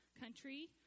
country